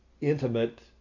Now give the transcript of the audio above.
intimate